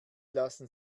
lassen